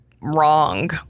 wrong